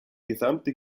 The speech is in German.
gesamte